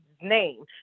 name